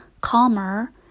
calmer